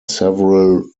several